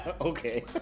Okay